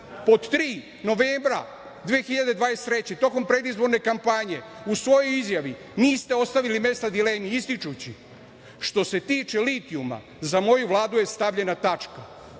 tri, novembra 2023. godine tokom predizborne kampanje u svojoj izjavi niste ostavili mesta dilemi ističući što se tiče litijuma za moju Vladu je stavljena tačka,